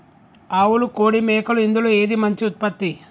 ఆవులు కోడి మేకలు ఇందులో ఏది మంచి ఉత్పత్తి?